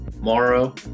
Moro